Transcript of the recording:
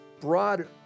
broad